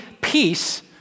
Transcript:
peace